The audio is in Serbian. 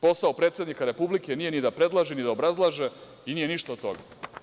Posao predsednika republike nije ni da predlaže, ni da obrazlaže i nije ništa od toga.